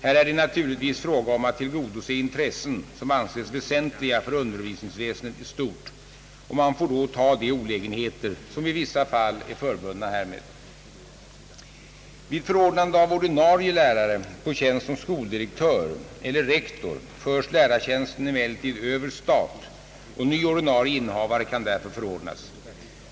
Här är det naturligtvis fråga om att tillgodose intressen som ansetts väsentliga för undervisningsväsendet i stort och man får då ta de olägenheter som i vissa fall är förbundna härmed. Vid förordnande av ordinarie lärare på tjänst som skoldirektör eller rektor förs lärartjänsten emellertid över stat, och ny ordinarie innehavare kan därefter förordnas.